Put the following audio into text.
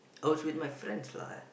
I was with my friends lah